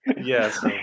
Yes